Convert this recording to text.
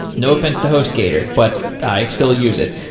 no offense to hostgator, but i still use it.